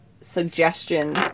suggestion